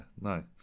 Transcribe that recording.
No